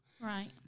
Right